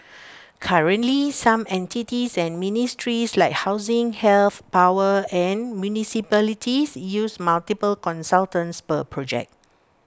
currently some entities and ministries like housing health power and municipalities use multiple consultants per project